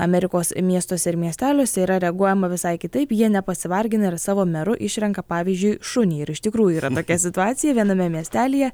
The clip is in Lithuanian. amerikos miestuose ir miesteliuose yra reaguojama visai kitaip jie nepasivargina ir savo meru išrenka pavyzdžiui šunį ir iš tikrųjų yra tokia situacija viename miestelyje